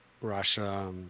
Russia